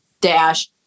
dash